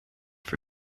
for